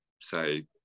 say